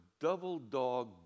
double-dog